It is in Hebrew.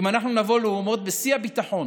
אם אנחנו נבוא לאומות בשיא הביטחון